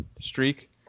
streak